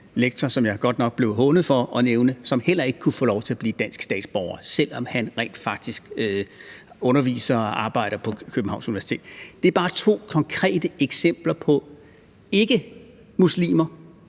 som jeg godt nok blev hånet for at nævne, som heller ikke kunne få lov til at blive dansk statsborger, selv om han rent faktisk underviser og arbejder på Københavns Universitet. Det er bare to konkrete eksempler på ikkemuslimer,